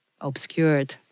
obscured